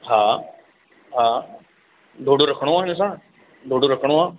हा हा ॾोढो रखिणो आहे ॾिसण ॾोढो रखिणो आहे